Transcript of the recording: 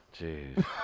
Jeez